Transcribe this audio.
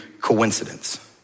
coincidence